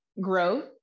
growth